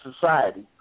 society